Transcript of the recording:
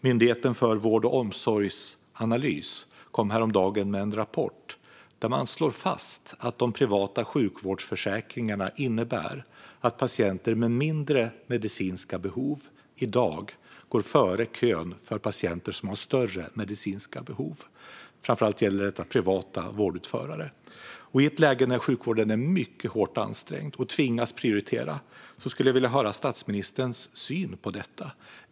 Myndigheten för vård och omsorgsanalys kom häromdagen med en rapport där man slog fast att de privata sjukvårdsförsäkringarna innebär att patienter med mindre medicinska behov i dag går före kön för patienter som har större medicinska behov. Detta gäller framför allt privata vårdutförare. I ett läge där sjukvården är mycket hårt ansträngd och tvingas prioritera skulle jag vilja höra statsministerns syn på detta.